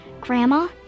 Grandma